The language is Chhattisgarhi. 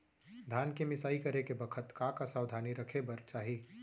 धान के मिसाई करे के बखत का का सावधानी रखें बर चाही?